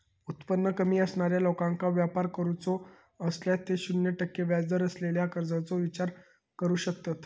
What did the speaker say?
उत्पन्न कमी असणाऱ्या लोकांका व्यापार करूचो असल्यास ते शून्य टक्के व्याजदर असलेल्या कर्जाचो विचार करू शकतत